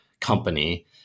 company